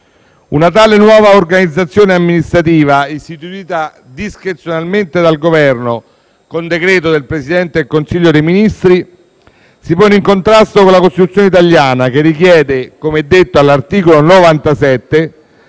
una tale nuova organizzazione amministrativa, istituita discrezionalmente dal Governo con decreto del Presidente del Consiglio dei ministri, si pone in contrasto con la Costituzione italiana che richiede, all'articolo 97,